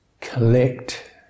collect